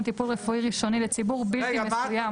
טיפול רפואי ראשוני לציבור בלתי מסוים".